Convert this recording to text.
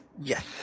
Yes